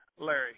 Larry